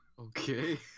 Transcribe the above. Okay